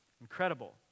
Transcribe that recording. incredible